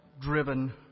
driven